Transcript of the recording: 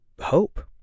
hope